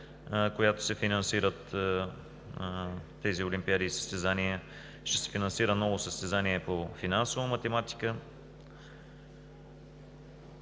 която се финансират тези олимпиади и състезания. Ще се финансира ново състезание по финансова математика.